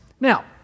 Now